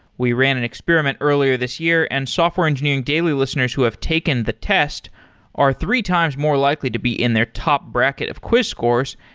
we ran an experiment earlier this year and software engineering daily listeners who have taken the test are three times more likely to be in their top bracket of quiz scores.